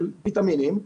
של ויטמינים,